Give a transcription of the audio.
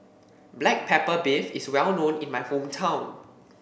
Black Pepper Beef is well known in my hometown